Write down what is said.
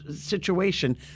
situation